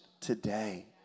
today